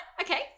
Okay